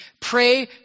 Pray